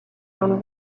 own